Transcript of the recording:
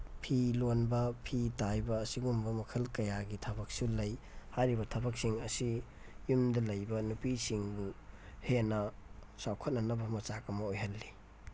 ꯐꯤ ꯂꯣꯟꯕ ꯐꯤ ꯇꯥꯏꯕ ꯑꯁꯤꯒꯨꯝꯕ ꯃꯈꯜ ꯀꯌꯥꯒꯤ ꯊꯕꯛꯁꯨ ꯂꯩ ꯍꯥꯏꯔꯤꯕ ꯊꯕꯛꯁꯤꯡ ꯑꯁꯤ ꯌꯨꯝꯗ ꯂꯩꯕ ꯅꯨꯄꯤꯁꯤꯡꯕꯨ ꯍꯦꯟꯅ ꯆꯥꯎꯈꯠꯅꯅꯕ ꯃꯆꯥꯛ ꯑꯃ ꯑꯣꯏꯍꯜꯂꯤ